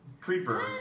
Creeper